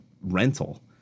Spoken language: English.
rental